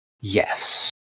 Yes